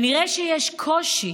נראה שיש קושי